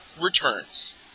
Returns